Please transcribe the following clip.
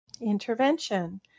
Intervention